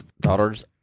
Daughters